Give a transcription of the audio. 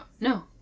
no